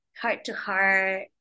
heart-to-heart